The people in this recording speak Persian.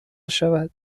شود